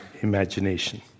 imagination